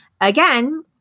Again